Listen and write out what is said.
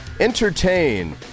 entertain